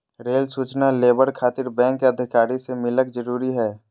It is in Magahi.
रेल सूचना लेबर खातिर बैंक अधिकारी से मिलक जरूरी है?